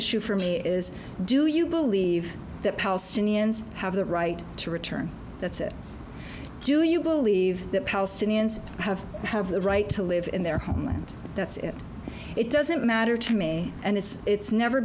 issue for me is do you believe that palestinians have the right to return that's it do you believe that palestinians have have the right to live in their home and that's it doesn't matter to me and it's